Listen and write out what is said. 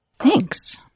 Thanks